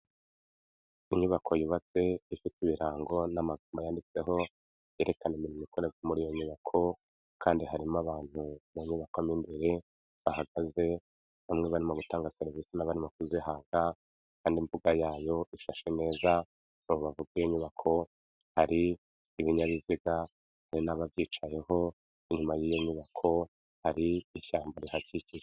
inyubako yubatswe ifite ibirango n yanditseho yerekana imirimo ikore muri iyo nyubako kandi harimo abantu babakamo imbere bahagaze bamwe barimo gutanga serivisi n'abanrimo kuziha kandi imbuga yayo ishash neza baba bavuga inyubako hari'ibinyabiziga hari n'ababyicayeho inyuma y'iyo nyubako hari ishyamba rihakikije